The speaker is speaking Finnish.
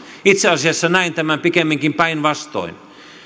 itse asiassa näen tämän pikemminkin päinvastoin